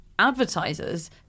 advertisers